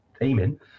aiming